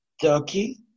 Turkey